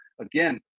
Again